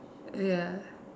ya